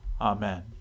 Amen